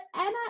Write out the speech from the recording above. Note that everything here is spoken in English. Anna